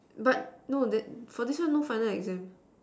but no that this one no final exam